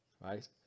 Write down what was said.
right